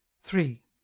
Three